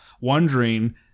wondering